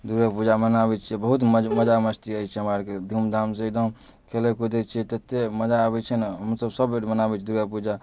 दुर्गापूजा मनाबै छियै बहुत मजा मस्ती होइ छै हमरा अर के धूमधाम से एकदम खेलै कुदै छियै तत्ते मजा आबै छै ना हमसब सब बेर मनाबै छियै दुर्गापूजा